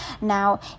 now